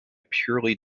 purely